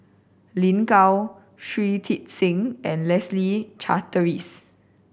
Lin Gao Shui Tit Sing and Leslie Charteris